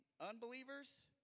unbelievers